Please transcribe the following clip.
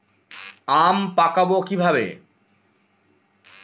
আম পাকাবো কিভাবে?